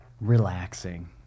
Relaxing